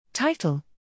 Title